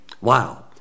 Wow